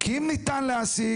כי אם ניתן להעסיק,